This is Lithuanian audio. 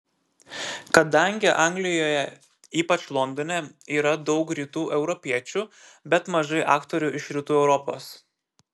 kadangi anglijoje ypač londone yra daug rytų europiečių bet mažai aktorių iš rytų europos